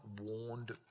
warned